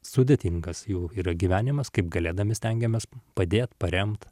sudėtingas jau yra gyvenimas kaip galėdami stengiamės padėt paremt